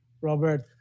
Robert